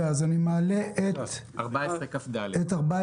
אם כך, אני מעלה את סעיף 14 כד להצבעה.